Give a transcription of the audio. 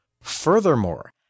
Furthermore